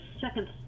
second